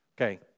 Okay